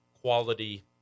quality